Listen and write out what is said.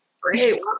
Great